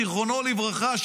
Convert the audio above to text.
זיכרונו לברכה,